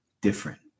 different